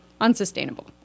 unsustainable